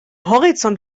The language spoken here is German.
horizont